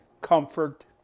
comfort